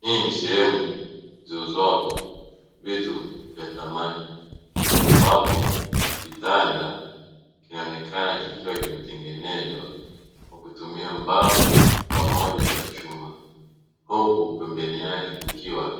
Hii ni sehemu viuzwapo vitu vya samani ambapo kitanda kinaonekana kikiwa kimetengenezwa kwa kutumia mbao pamoja na chuma huku pembeni yake kukiwa